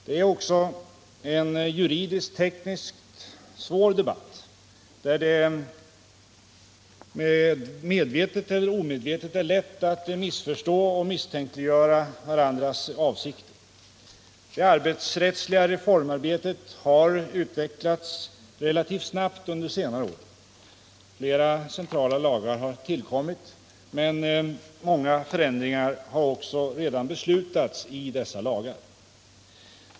Det är också en juridiskt-tekniskt svår debatt där det är lätt att medvetet eller omedvetet missförstå och misstänkliggöra varandras avsikter. Det arbetsrättsliga reformarbetet har utvecklats relativt snabbt under senare år. Flera centrala lagar har tillkommit, många förändringar i dessa lagar har också redan beslutats.